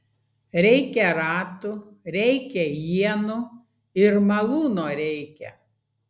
reikia ratų reikia ienų ir malūno reikia